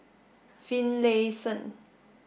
Finlayson